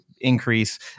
increase